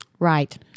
Right